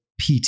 PT